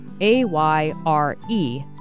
A-Y-R-E